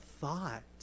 thought